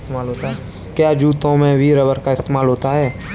क्या जूतों में भी रबर का इस्तेमाल होता है?